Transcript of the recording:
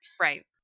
Right